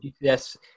yes